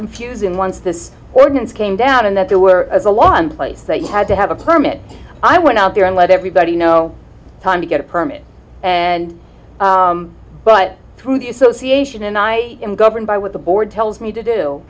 confusing once this ordinance came down and that there were as a one place that you had to have a permit i went out there and let everybody know time to get a permit and but through the association and i am governed by what the board tells me to do